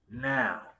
Now